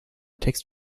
text